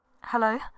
Hello